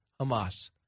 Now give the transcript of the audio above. Hamas